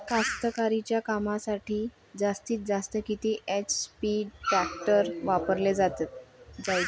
कास्तकारीच्या कामासाठी जास्तीत जास्त किती एच.पी टॅक्टर वापराले पायजे?